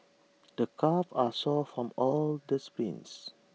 the calves are sore from all the sprints